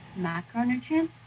Macronutrients